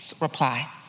reply